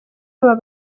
aba